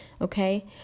okay